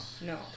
No